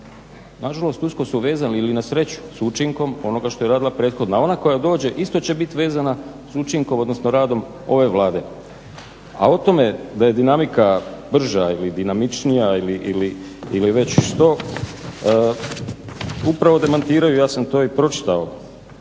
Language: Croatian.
nažalost usko su vezani ili na sreću s učinkom onoga što je radila prethodna. Ona koja dođe isto će biti vezana s učinkom odnosno radom ove Vlade. A o tome da je dinamika brža ili dinamičnija ili već što, upravo demantiraju, ja sam to i pročitao